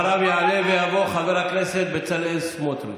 אחריו יעלה ויבוא חבר הכנסת בצלאל סמוטריץ'.